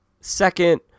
Second